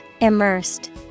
Immersed